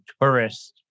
tourists